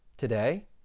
today